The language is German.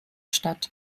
statt